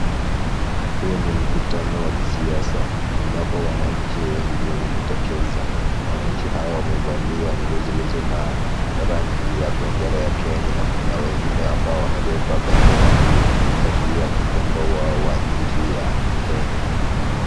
Huu ni mkutano wa kisiasa ambapo wananchi wengi wamejitokeza. Wananchi hawa wamevalia nguo zilizo na rangi ya bendera ya Kenya na kuna wengine ambao wamebeba bendera hiyo kuashiria upendo wao wa nchi ya Kenya.